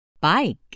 Bike